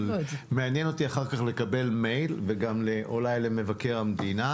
מעניין אותי אחר כך לקבל מייל וגם אולי למבקר המדינה,